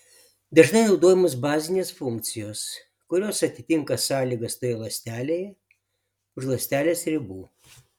dažnai naudojamos bazinės funkcijos kurios atitinka sąlygas toje ląstelėje už ląstelės ribų